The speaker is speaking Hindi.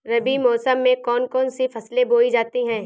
रबी मौसम में कौन कौन सी फसलें बोई जाती हैं?